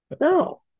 No